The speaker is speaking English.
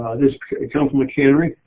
ah this came from a cannery,